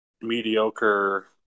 mediocre